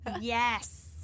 Yes